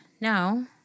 no